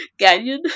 Ganyan